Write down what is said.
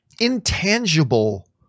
intangible